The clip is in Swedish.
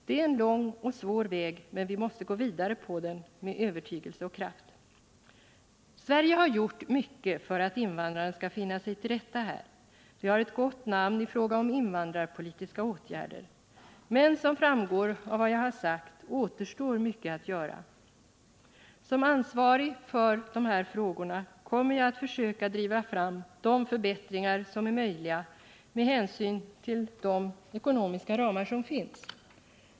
Det är en lång och svår väg, men vi måste gå vidare på den med övertygelse och kraft. Sverige har gjort mycket för att invandrarna skall finna sig till rätta här. Vi har ett gott namn i fråga om invandrarpolitiska åtgärder. Men som framgår av vad jag har sagt återstår mycket att göra. Som ansvarig för dessa frågor kommer jag att söka driva fram de förbättringar som är möjliga med hänsyn till de ekonomiska ramar som finns.